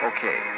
Okay